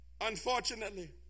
unfortunately